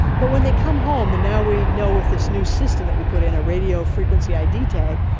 but when they come home. and now we know with this new system that we put in, a radio frequency id tag,